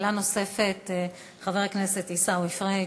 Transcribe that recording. שאלה נוספת, חבר הכנסת עיסאווי פריג'.